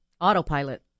Autopilot